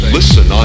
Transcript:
Listen